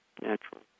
natural